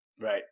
right